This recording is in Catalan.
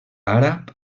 àrab